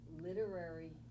literary